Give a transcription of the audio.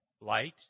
light